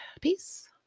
Peace